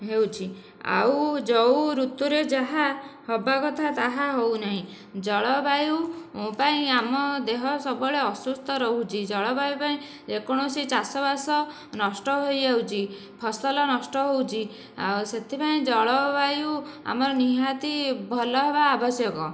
ହେଉଛି ଆଉ ଯେଉଁ ଋତୁରେ ଯାହା ହେବାକଥା ତାହା ହେଉନାହିଁ ଜଳବାୟୁ ପାଇଁ ଆମ ଦେହ ସବୁବେଳେ ଅସୁସ୍ଥ ରହୁଛି ଜଳବାୟୁ ପାଇଁ ଯେକୌଣସି ଚାଷବାସ ନଷ୍ଟ ହୋଇଯାଉଛି ଫସଲ ନଷ୍ଟ ହେଉଛି ଆଉ ସେଥିପାଇଁ ଜଳବାୟୁ ଆମର ନିହାତି ଭଲହେବା ଆବଶ୍ୟକ